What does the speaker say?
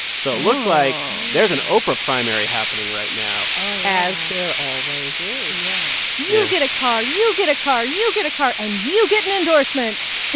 so it looks like there's an oprah primary happening right now oh, yeah as there always is. yeah yeah you get a car. you get a car. you get a car. and you get an endorsement